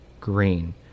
green